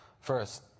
First